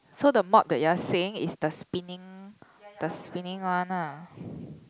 so the mop that you are saying is the spinning the spinning one ah